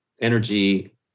energy